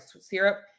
syrup